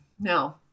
no